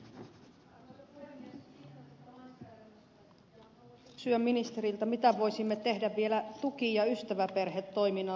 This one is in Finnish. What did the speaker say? kiitän tästä lainsäädännöstä ja haluan kysyä ministeriltä mitä voisimme tehdä vielä tuki ja ystäväperhetoiminnan lisäämiseksi